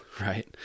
right